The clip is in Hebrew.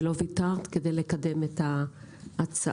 ולא ויתרת כדי לקדם את ההצעה,